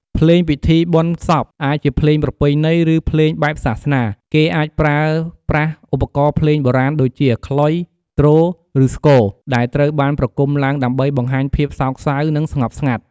ភ្លេងពិធីបុណ្យសព អាចជាភ្លេងប្រពៃណី ឬភ្លេងបែបសាសនា គេអាចប្រើប្រាស់ឧបករណ៍ភ្លេងបុរាណដូចជា ខ្លុយ ទ្រ ឬស្គរ ដែលត្រូវបានប្រគុំឡើងដើម្បីបង្ហាញភាពសោកសៅ និងស្ងប់ស្ងាត់។